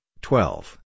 twelve